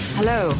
Hello